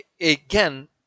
again